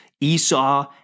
Esau